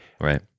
right